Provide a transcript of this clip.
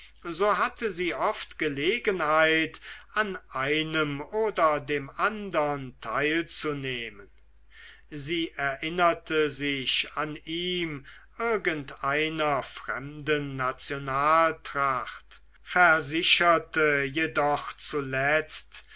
so hatte sie oft gelegenheit an einem oder dem andern teilzunehmen sie erinnerte sich an ihm irgendeiner fremden nationaltracht versicherte jedoch zuletzt